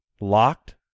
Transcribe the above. locked